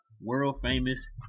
world-famous